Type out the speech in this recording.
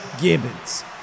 Gibbons